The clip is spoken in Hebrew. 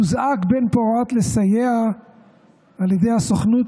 הוזעק בן--פורת לסייע על ידי הסוכנות